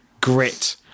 grit